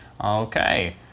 Okay